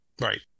Right